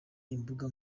imbuga